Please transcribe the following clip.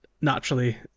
naturally